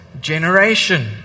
generation